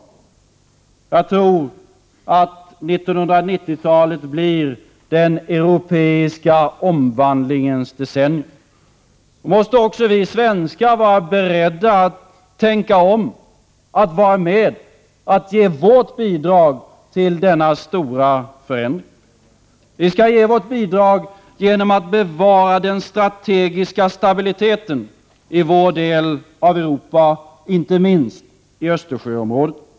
Jag tror att 1990-talet blir den europeiska omvandlingens decennium. Då måste också vi svenskar vara beredda att tänka om, att vara med och ge vårt bidrag till denna stora förändring. Vi skall ge vårt bidrag genom att bevara den strategiska stabiliteten i vår del av Europa, inte minst i Östersjöområdet.